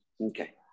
Okay